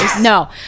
No